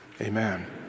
amen